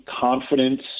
confidence